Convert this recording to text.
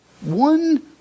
one